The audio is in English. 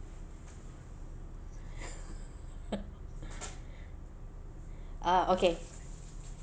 uh okay